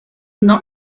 not